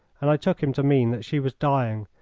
and i took him to mean that she was dying,